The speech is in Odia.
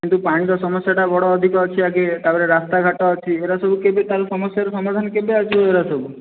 ସେହିଠି ପାଣିର ସମସ୍ୟା ଟା ବଡ଼ ଅଧିକ ଅଛି ଆଗେ ତାପରେ ରାସ୍ତାଘାଟ ଅଛି ହେରା ସବୁ କେବେ ସମସ୍ୟାର ସମାଧାନ କେବେ ଆସିବ ଏହିଗୁଡ଼ା ସବୁ